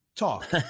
talk